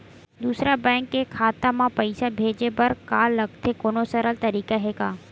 दूसरा बैंक के खाता मा पईसा भेजे बर का लगथे कोनो सरल तरीका हे का?